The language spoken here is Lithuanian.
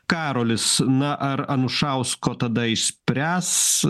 karolis na ar anušausko tada išspręs